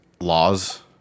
laws